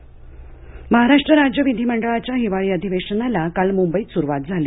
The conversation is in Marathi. विधिमंडळ महाराष्ट्र राज्य विधिमंडळाच्या हिवाळी अधिवेशनाला काल मुंबईत सुरूवात झाली